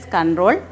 Control